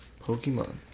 Pokemon